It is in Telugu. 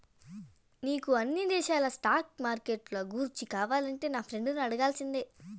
నీకు అన్ని దేశాల స్టాక్ మార్కెట్లు గూర్చి కావాలంటే నా ఫ్రెండును అడగాల్సిందే